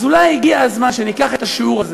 אז אולי הגיע הזמן שניקח את השיעור הזה,